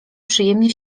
przyjemnie